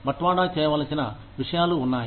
బట్వాడా చేయవలసిన విషయాలు ఉన్నాయి